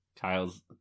Kyle's